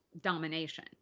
domination